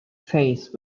face